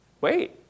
wait